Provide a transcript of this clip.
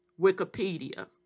Wikipedia